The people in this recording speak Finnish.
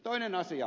toinen asia